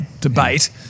debate